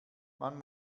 man